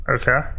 okay